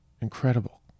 Incredible